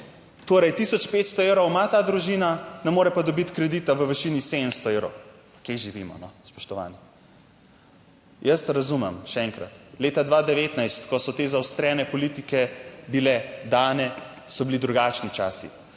Torej 1500 evrov ima ta družina, ne more pa dobiti kredita v višini 700 evrov. Kje živimo, spoštovani? Jaz razumem, še enkrat, leta 2019, ko so te zaostrene politike bile dane, so bili drugačni časi.